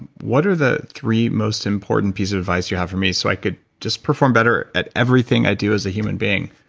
what are the three most important pieces of advice you have for me, so i could just perform better at everything i do as a human being?